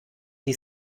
die